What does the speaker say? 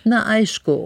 na aišku